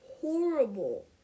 horrible